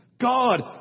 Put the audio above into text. God